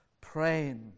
praying